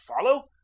follow